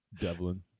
Devlin